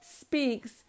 speaks